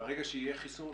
ברגע שיהיה חיסון,